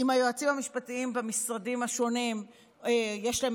אם היועצים המשפטיים במשרדים השונים יש להם